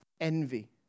envy